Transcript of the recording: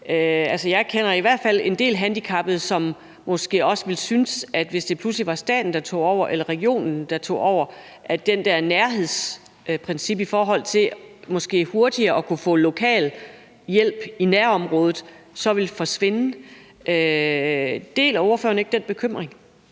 Jeg kender i hvert fald en del handicappede, som måske også ville synes, at hvis det pludselig var staten eller regionen, der tog over, så ville et nærhedsprincip i forhold til hurtigere at kunne få lokal hjælp i nærområdet forsvinde. Deler ordføreren ikke den bekymring?